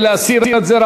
להסיר את זה.